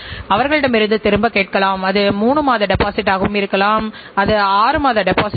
அது மனித வாழ்வியல் கோட்பாடுகள் ஒட்டி அமைந்திருக்கும் என்பதையும் நாம் தெரிந்து கொள்வோமாக